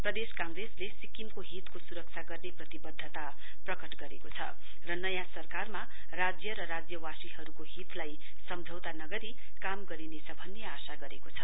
प्रदेश काँग्रेसले सिक्किमको हितको सुरक्षा गर्ने प्रतिवध्दता प्रकट गरेको छ र नयाँ सरकारमा राज्य र राज्यवासीहरुको हितलाई सम्झौता नगरी काम गरिनेछ भन्ने आशा गरेको छ